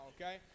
okay